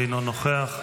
אינו נוכח,